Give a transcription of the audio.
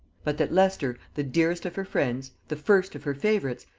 but that leicester, the dearest of her friends, the first of her favorites,